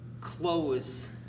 close